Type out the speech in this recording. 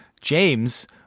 James